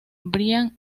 brian